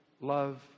love